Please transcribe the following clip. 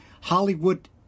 Hollywood